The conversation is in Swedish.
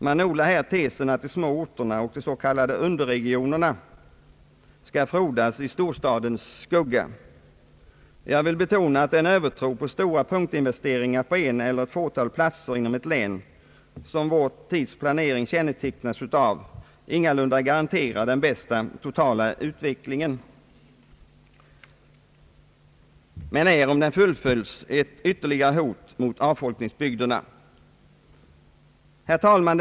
Man odlar tesen att de små orterna och de s.k. underregionerna skall frodas i storstadens skugga. Jag vill betona att den övertro på stora punktinvesteringar på en eller ett fåtal platser inom ett län, som vår tids planering kännetecknas av, ingalunda garanterar den bästa totala utvecklingen. Om den fullföljs utgör den emellertid ytterligare ett hot mot avfolkningsbygderna. Herr talman!